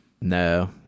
No